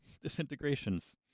disintegrations